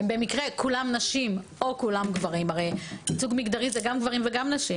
במקרה כולן נשים או כולם גברים ייצוג מגדרי זה גם גברים וגם נשים